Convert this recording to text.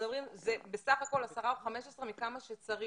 זה בסך הכול 10 או 15 אחוז ממה שצריך.